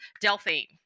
Delphine